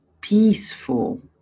peaceful